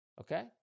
okay